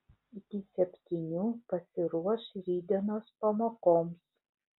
iki septynių pasiruoš rytdienos pamokoms